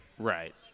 Right